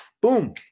boom